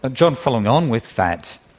ah john, following on with that,